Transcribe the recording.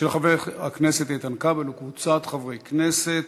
של חבר הכנסת איתן כבל וקבוצת חברי כנסת,